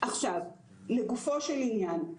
עכשיו, לגופו של עניין.